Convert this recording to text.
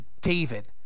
David